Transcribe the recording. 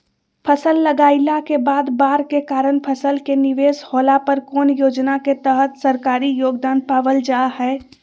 फसल लगाईला के बाद बाढ़ के कारण फसल के निवेस होला पर कौन योजना के तहत सरकारी योगदान पाबल जा हय?